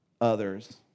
others